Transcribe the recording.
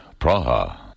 Praha